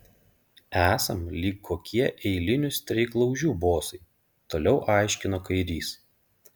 esam lyg kokie eilinių streiklaužių bosai toliau aiškino kairys